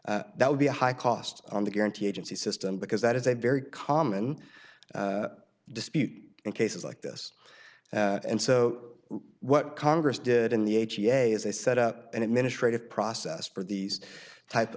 that would be a high cost on the guaranty agency system because that is a very common dispute in cases like this and so what congress did in the h g a is they set up an administrative process for these type